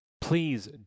Please